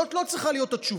זאת לא צריכה להיות התשובה.